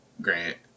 Grant